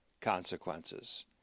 consequences